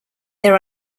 there